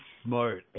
smart